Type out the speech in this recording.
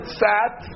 sat